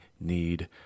need